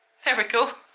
there we go